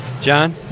John